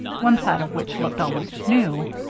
one side of which looked almost new.